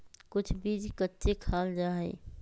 कुछ बीज कच्चे खाल जा हई